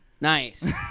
Nice